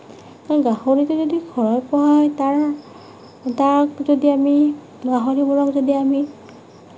গাহৰিটো যদি ঘৰত পোহা হয় তাৰ তাক যদি আমি গাহৰিবোৰক যদি আমি